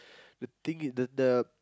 the thing is the the